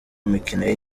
mikino